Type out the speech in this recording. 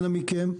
אנא מכם,